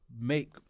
make